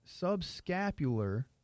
subscapular